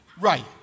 Right